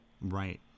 Right